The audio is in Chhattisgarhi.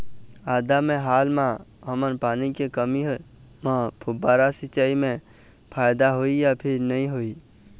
आदा मे हाल मा हमन पानी के कमी म फुब्बारा सिचाई मे फायदा होही या फिर नई होही?